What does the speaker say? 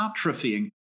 atrophying